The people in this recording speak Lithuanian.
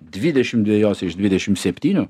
dvidešim dvejose iš dvidešim septynių